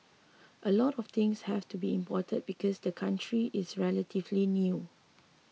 a lot of things have to be imported because the country is relatively new